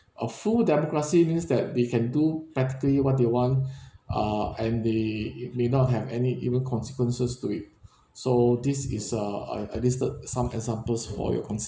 a full democracy means that they can do practically what they want ah and they may not have any even consequences to it so this is a I I listed some examples for your